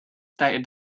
stated